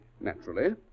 Naturally